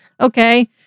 okay—